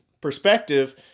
perspective –